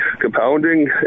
compounding